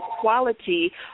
quality